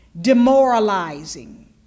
demoralizing